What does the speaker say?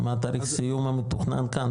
מה התאריך סיום המתוכנן כאן,